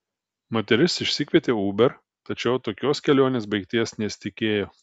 moteris išsikvietė uber tačiau tokios kelionės baigties nesitikėjo